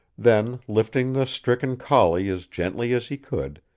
then, lifting the stricken collie as gently as he could,